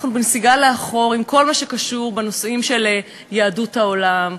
אנחנו בנסיגה לאחור בכל מה שקשור בנושאים של יהדות העולם,